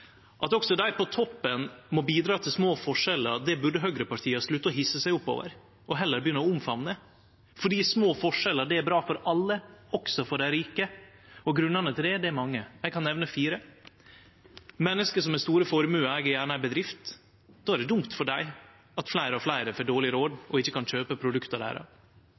At også dei på toppen må bidra til små forskjellar, burde høgrepartia slutte å hisse seg opp over og heller begynne å omfamne, for små forskjellar er bra for alle, også for dei rike, og grunnane til det er mange. Eg kan nemne fire: Menneske som har store formuar, eig gjerne ei bedrift. Då er det dumt for dei at fleire og fleire får dårleg råd og ikkje kan kjøpe produkta deira.